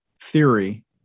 theory